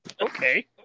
Okay